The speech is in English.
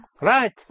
Right